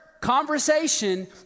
conversation